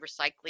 recycling